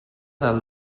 del